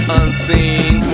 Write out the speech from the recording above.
unseen